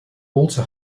also